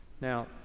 Now